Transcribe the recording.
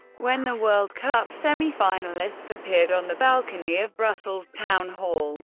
when the world cup semi-finalists appeared on the balcony of brussels town hall,